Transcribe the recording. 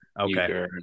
okay